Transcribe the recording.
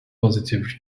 positive